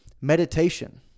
meditation